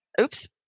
oops